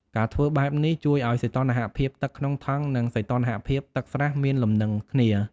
ការធ្វើបែបនេះជួយឲ្យសីតុណ្ហភាពទឹកក្នុងថង់ និងសីតុណ្ហភាពទឹកស្រះមានលំនឹងគ្នា។